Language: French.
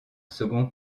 second